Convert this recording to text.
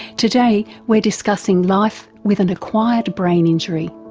today we're discussing life with an acquired brain injury.